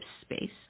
space